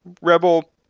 Rebel